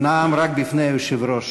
נאם רק בפני היושב-ראש.